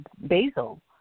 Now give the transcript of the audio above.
basil